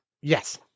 Yes